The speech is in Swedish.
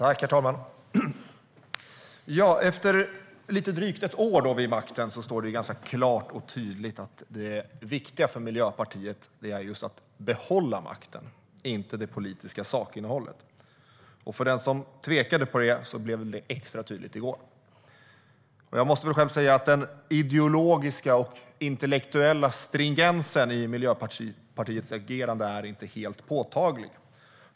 Herr talman! Efter lite drygt ett år vid makten står det ganska klart och tydligt att det viktiga för Miljöpartiet är att behålla makten - inte det politiska sakinnehållet. För den som tvekar blev detta extra tydligt i går. Jag måste själv säga att den ideologiska och intellektuella stringensen i Miljöpartiets agerande inte är helt påtaglig.